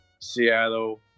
Seattle